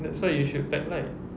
that's why you should pack light